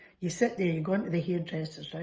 you sit there, you're going to the hairdressers, right,